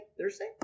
Thursday